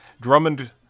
Drummond